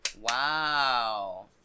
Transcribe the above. Wow